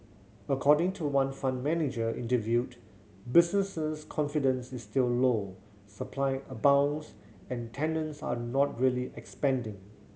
according to one fund manager interviewed businesses confidence is still low supply abounds and tenants are not really expanding